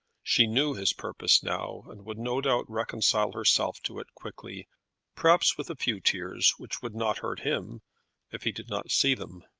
she knew his purpose now, and would no doubt reconcile herself to it quickly perhaps with a few tears, which would not hurt him if he did not see them.